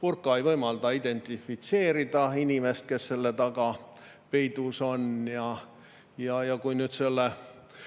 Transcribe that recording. Burka ei võimalda identifitseerida inimest, kes selle taga peidus on. Ja kui nüüd selle